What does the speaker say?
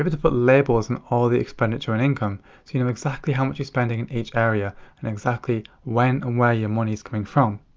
but to put labels on and all the expenditure and income. so you know exactly how much you're spending in each area. and exactly when and where your money is coming from.